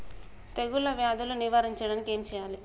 తెగుళ్ళ వ్యాధులు నివారించడానికి ఏం చేయాలి?